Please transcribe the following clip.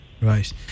right